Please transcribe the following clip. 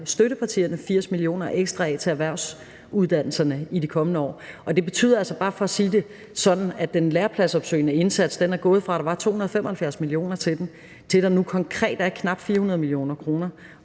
støttepartierne sat 80 mio. kr. ekstra af til erhvervsuddannelserne i de kommende år. Det betyder altså bare – for at sige det sådan – at den lærepladsopsøgende indsats er gået fra, at der var 275 mio. kr. til den, til at der nu konkret er knap 400 mio. kr.,